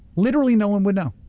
literally no one would know.